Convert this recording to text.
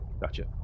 gotcha